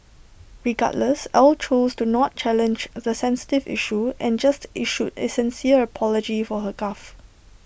regardless Ell chose to not challenge the sensitive issue and just issued A sincere apology for her gaffe